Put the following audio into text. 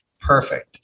Perfect